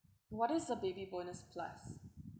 what is a baby bonus plus